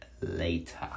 later